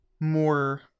more